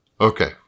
Okay